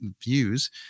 views